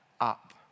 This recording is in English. up